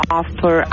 offer